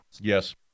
yes